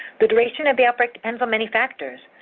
the duration of the outbreak depends on many factors.